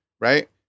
right